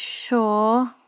Sure